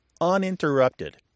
uninterrupted